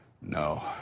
no